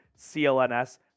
CLNS